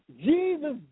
Jesus